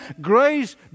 Grace